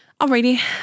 alrighty